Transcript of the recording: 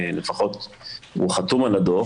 לפחות הוא חתום על הדו"ח,